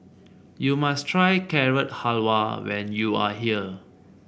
you must try Carrot Halwa when you are here